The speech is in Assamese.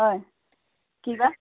হয় কি বা